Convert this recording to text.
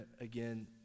again